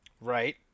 Right